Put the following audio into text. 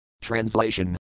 Translation